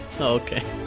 okay